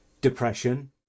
depression